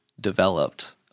developed